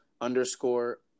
underscore